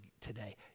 today